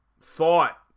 Thought